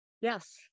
Yes